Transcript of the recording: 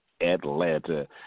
Atlanta